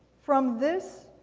from this,